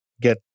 get